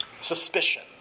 suspicion